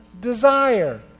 desire